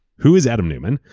who is adam neumann?